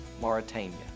Mauritania